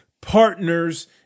partners